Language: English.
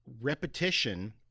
repetition